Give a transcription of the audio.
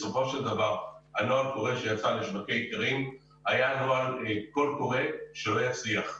בסופו של דבר הקול הקורא שווקי איכרים היה קול קורא שלא יצליח,